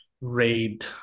raid